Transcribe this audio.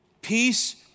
Peace